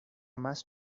más